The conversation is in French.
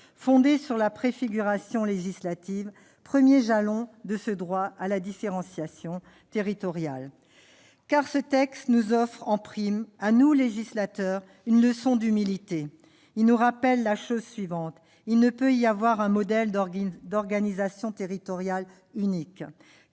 fondée sur la préfiguration législative, premier jalon de ce droit à la différenciation territoriale. En effet, ce texte nous offre en prime, à nous législateurs, une leçon d'humilité. Il nous rappelle qu'il ne peut y avoir un modèle d'organisation territoriale unique.